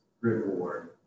reward